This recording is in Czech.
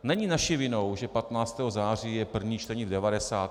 Není naší vinou, že 15. září je první čtení v devadesátce.